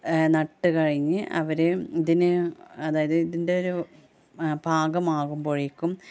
നട്ട് കഴിഞ്ഞ് അവർ ഇതിന് അതായത് ഇതിൻ്റെയൊരു പാകമാകുമ്പോഴേക്കും